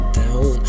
down